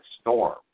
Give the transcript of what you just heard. Storm